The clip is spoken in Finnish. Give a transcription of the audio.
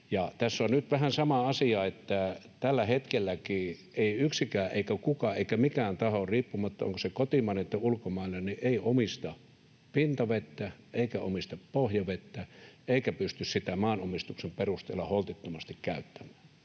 Tässä on nyt vähän samaa asiaa. Ei tällä hetkelläkään yksikään eikä kukaan eikä mikään taho, riippumatta siitä, onko se kotimainen tai ulkomainen, omista pintavettä eikä omista pohjavettä eikä pysty sitä maanomistuksen perusteella holtittomasti käyttämään.